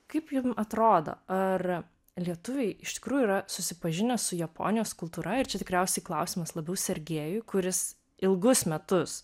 kaip jum atrodo ar lietuviai iš tikrųjų yra susipažinę su japonijos kultūra ir čia tikriausiai klausimas labiau sergejui kuris ilgus metus